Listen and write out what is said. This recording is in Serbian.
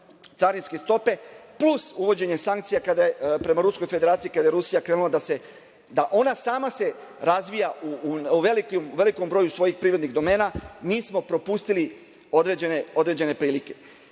carinske stope, plus uvođenje sankcija prema Ruskoj Federaciji, kada je Rusija krenula da se sama razvija u velikom broju svojih privrednih domena, mi smo propustili određene prilike. Želim